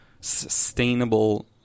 sustainable